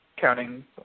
counting